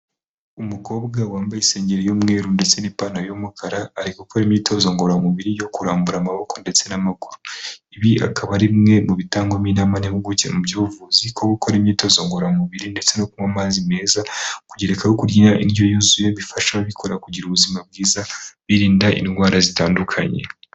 Umukobwa wambaye insengeri y'umweru ndetse n'ipantaro y'umukara, ari gukora imyitozo ngororamubiri yo kurambura amaboko ndetse n'amaguru. Ibi akaba ari bimwe mu bitangwamo inama n'impuguke mu by'ubuvuzi ko gukora imyitozo ngororamubiri ndetse no kunywa amazi meza, kugerekaho kurya indyo yuzuye bifasha ababikora kugira ubuzima bwiza, birinda indwara zitandukanye.